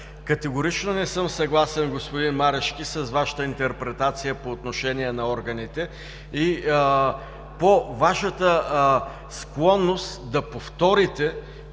Категорично не съм съгласен, господин Марешки, с Вашата интерпретация по отношение на органите и по Вашата склонност да повторите